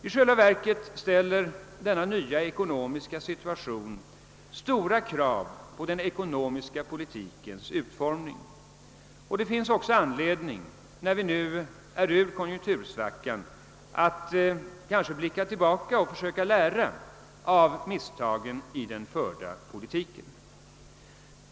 I själva verket ställer denna nya ekonomiska situation stora krav på den ekonomiska politikens utformning. Och det finns kanske också anledning, när vi nu är ute ur konjunktursvackan, att blicka tillbaka och försöka lära av misstagen i den förda politiken.